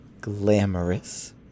glamorous